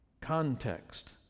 context